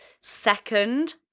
second